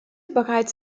bereits